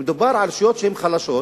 מדובר ברשויות שהן חלשות,